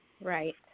Right